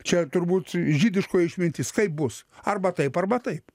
čia turbūt žydiškoji išmintis kaip bus arba taip arba taip